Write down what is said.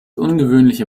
ungewöhnliche